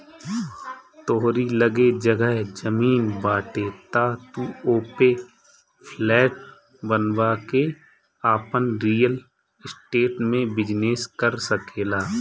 तोहरी लगे जगह जमीन बाटे तअ तू ओपे फ्लैट बनवा के आपन रियल स्टेट में बिजनेस कर सकेला